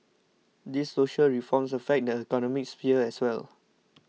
these social reforms affect the economic sphere as well